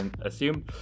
assume